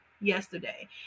yesterday